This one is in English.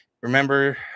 remember